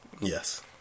Yes